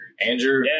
Andrew